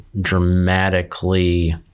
dramatically